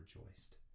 rejoiced